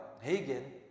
Hagen